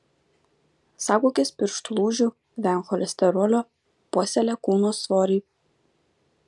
saugokis pirštų lūžių venk cholesterolio puoselėk kūno svorį